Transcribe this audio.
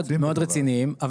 מאוד רציניים.